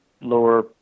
lower